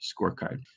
scorecard